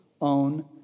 own